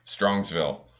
Strongsville